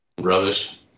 Rubbish